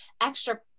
extra